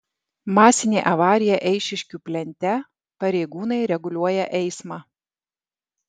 masinė avarija eišiškių plente pareigūnai reguliuoja eismą